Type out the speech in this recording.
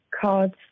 cards